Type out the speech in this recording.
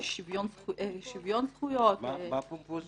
"שוויון זכויות" --- מה פומפוזי